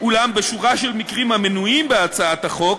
אולם בשורה של מקרים המנויים בהצעת החוק